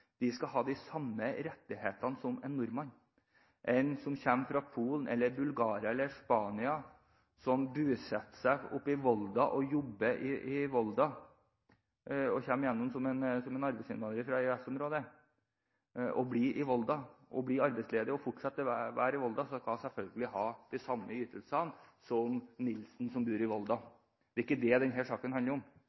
skal ha de samme rettighetene som en nordmann. En som kommer fra Polen, eller fra Bulgaria eller Spania, som bosetter seg i Volda og jobber i Volda – en som kommer som arbeidsinnvandrer fra EØS-området, blir arbeidsledig i Volda og fortsetter å være i Volda – skal selvfølgelig ha de samme ytelsene som Nilsen som bor i Volda. Det er ikke det denne saken handler om.